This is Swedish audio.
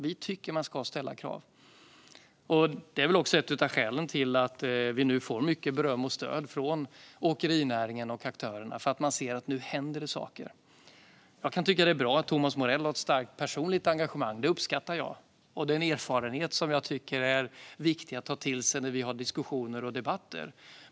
Vi tycker att man ska ställa krav. Det här är väl ett skäl till att vi får mycket beröm och stöd från åkerinäringen och aktörerna eftersom man ser att det händer saker. Jag kan tycka att det är bra att Thomas Morell har ett starkt personligt engagemang. Det uppskattar jag. Det är en erfarenhet som jag tycker är viktig att ta till sig i diskussioner och debatter.